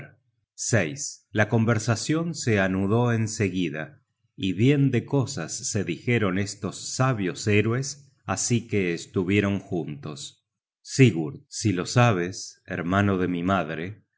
la conversacion se anudó en seguida y bien de cosas se dijeron estos sabios héroes así que estuvieron juntos sigurd si lo sabes hermano de mi madre